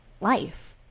life